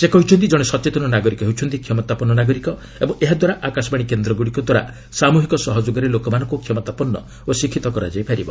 ସେ କହିଛନ୍ତି ଜଣେ ସଚେତନ ନାଗରୀକ ହେଉଛନ୍ତି କ୍ଷମତାପନ୍ନ ନାଗରୀକ ଏବଂ ଏହାଦ୍ୱାରା ଆକାଶବାଣୀ କେନ୍ଦ୍ରଗ୍ରଡ଼ିକ ଦ୍ୱାରା ସାମ୍ରହିକ ସହଯୋଗରେ ଲୋକମାନଙ୍କୁ କ୍ଷମତାପନ୍ନ ଓ ଶିକ୍ଷିତ କରାଯାଇପାରିବ